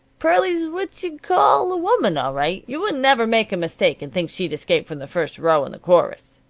pearlie's what you'd call a woman, all right. you wouldn't never make a mistake and think she'd escaped from the first row in the chorus.